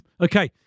Okay